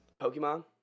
Pokemon